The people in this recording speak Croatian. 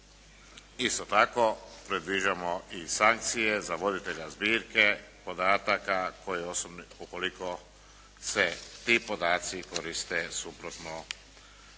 Isto tako, predviđamo i sankcije za voditelja zbirke podataka ukoliko se ti podaci koriste suprotno